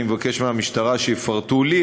אני מבקש מהמשטרה שיפרטו לי,